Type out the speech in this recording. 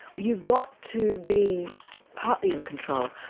you've got to be partly in control.